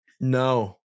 No